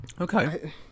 Okay